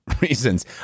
reasons